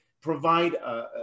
provide